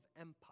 empire